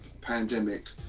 pandemic